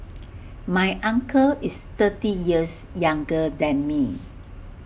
my uncle is thirty years younger than me